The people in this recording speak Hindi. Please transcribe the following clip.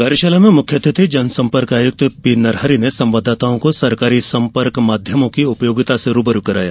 कार्यशाला में मुख्य अतिथि जनसंपर्क आयुक्त पी नरहरि ने संवाददाताओं को सरकारी संपर्क माध्यमों की उपयोगिता से रूबरू कराया